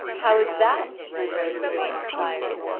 how is that? my lord gawain inquires,